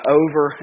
over